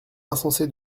insensé